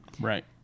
Right